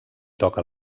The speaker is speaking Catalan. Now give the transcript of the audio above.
toca